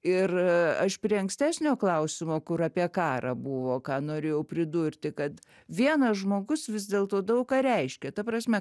ir aš prie ankstesnio klausimo kur apie karą buvo ką norėjau pridurti kad vienas žmogus vis dėlto daug ką reiškia ta prasme